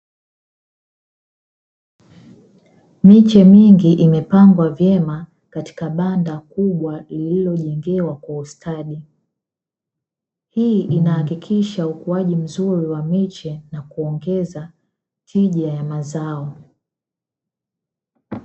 Miche mingi imepangwa vyema katika banda kubwa lililojengewa kwa ustadi, hii ina hakikisha ukuaji mzuri wa miche na kuongeza tija ya mazao.